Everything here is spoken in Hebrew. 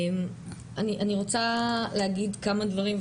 אני רוצה להגיד כמה דברים,